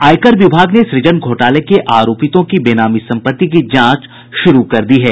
आयकर विभाग ने सुजन घोटाले के आरोपितों की बेनामी सम्पत्ति की जांच शुरू कर दी है